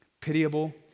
pitiable